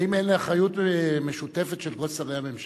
האם אין אחריות משותפת של כל שרי הממשלה?